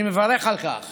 אני מברך על כך